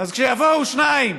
אז כשיבואו שניים